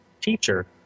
teacher